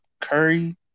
curry